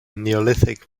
neolithic